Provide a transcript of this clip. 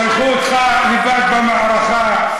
שלחו אותך לבד למערכה.